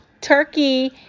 turkey